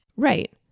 Right